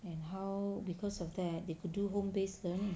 and how because of that they could do home based learning